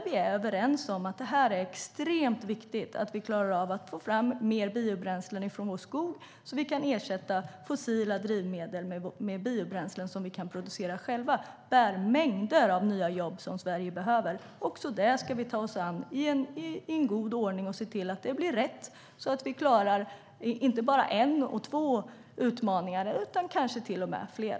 Vi är överens om att det är extremt viktigt att vi klarar av att få fram mer biobränslen från vår skog så att vi kan ersätta fossila drivmedel med biobränslen som vi kan producera själva. Det innebär mängder av nya jobb som Sverige behöver. Också det ska vi ta oss an i god ordning och se till att det blir rätt så att vi klarar inte bara en och två utmaningar utan kanske till och med fler.